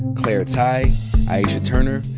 claire tighe, aisha turner,